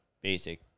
basic